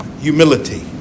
humility